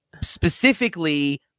specifically